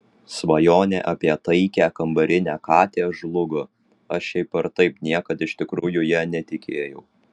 svajonė apie taikią kambarinę katę žlugo aš šiaip ar taip niekad iš tikrųjų ja netikėjau